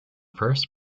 first